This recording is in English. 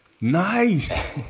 Nice